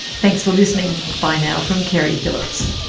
thanks for listening, bye now from keri phillips